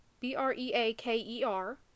B-R-E-A-K-E-R